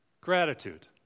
gratitude